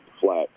flat